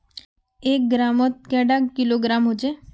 एक ग्राम मौत कैडा किलोग्राम होचे?